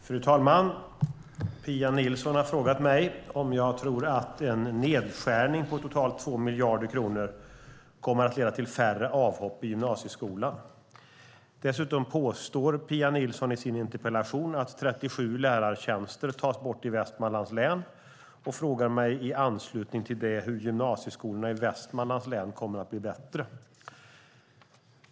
Fru talman! Pia Nilsson har frågat mig om jag tror att en nedskärning på totalt 2 miljarder kronor kommer att leda till färre avhopp i gymnasieskolan. Dessutom påstår Pia Nilsson i sin interpellation att 37 lärartjänster tas bort i Västmanlands län och frågar mig i anslutning till det hur gymnasieskolorna i Västmanlands län kommer att bli bättre.